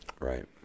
Right